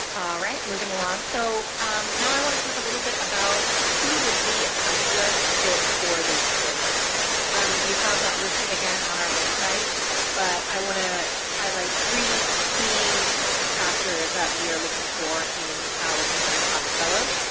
right moving along so now i want to talk a little bit about who would be a good fit for this program we have that listed again on our website but i want to highlight three key factors that we are looking for in our incoming class of fellows.